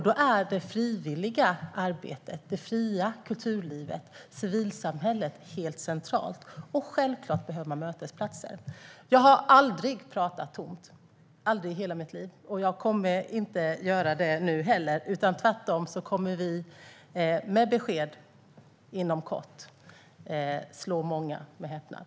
Då är det frivilliga arbetet, det fria kulturlivet och civilsamhället helt centralt. Självfallet behöver man mötesplatser. Jag har aldrig pratat tomt, aldrig i hela mitt liv, och jag kommer inte att göra det nu heller. Tvärtom kommer vi inom kort med besked som kommer att slå många med häpnad.